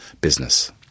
business